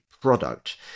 product